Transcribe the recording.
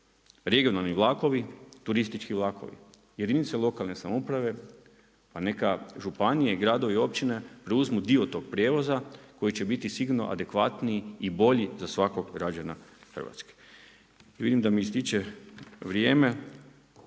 Regionalni vlakovi, turistički vlakovi, jedinice lokalne samouprave, pa neka županije, gradovi, općine preuzmu dio tog prijevoza koji će biti sigurno adekvatniji i bolji za svakog građana Hrvatske. Vidim da mi ističe vrijeme.